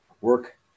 work